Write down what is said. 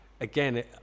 again